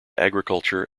agriculture